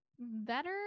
better